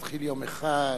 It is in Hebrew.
נתחיל יום אחד,